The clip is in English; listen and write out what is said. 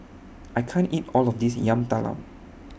I can't eat All of This Yam Talam